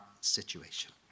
situation